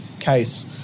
case